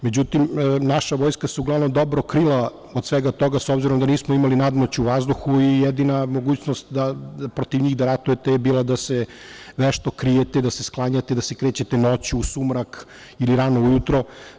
Međutim, naša vojska se uglavnom dobro krila od svega toga, s obzirom da nismo imali nadmoć u vazduhu i jedina mogućnost da protiv njih ratujete je bila da se krijete, da se sklanjate, da se krećete noću, u sumrak ili rano ujutru.